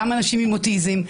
גם אנשים עם אוטיזם,